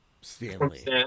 Stanley